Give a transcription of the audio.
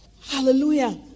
Hallelujah